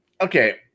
okay